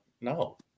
no